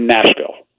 Nashville